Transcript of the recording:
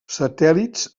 satèl·lits